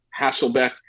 Hasselbeck